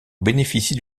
bénéficient